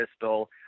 pistol